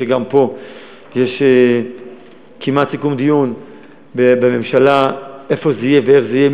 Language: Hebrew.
גם פה יש כמעט סיכום דיון בממשלה איפה זה יהיה ואיך זה יהיה.